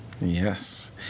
Yes